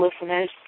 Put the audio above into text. listeners